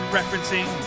referencing